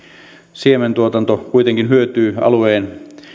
siementuotanto kuitenkin hyötyy alueen